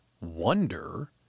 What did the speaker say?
wonder